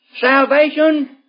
salvation